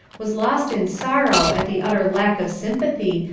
was lost in sorrow at the utter lack of sympathy,